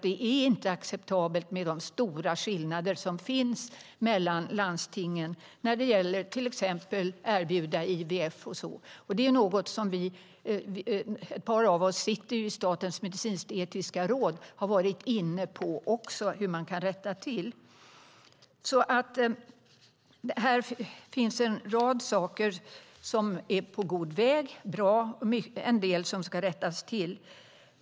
Det är inte acceptabelt med de stora skillnader som finns mellan landstingen när det till exempel gäller att erbjuda IVF. Det är något som vi - ett par av oss sitter i Statens medicinsk-etiska råd - har varit inne på för att se hur detta kan rättas till. Det finns alltså en rad saker som är på god väg att rättas till.